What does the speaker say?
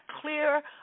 clear